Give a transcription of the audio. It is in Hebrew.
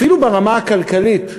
אפילו ברמה הכלכלית,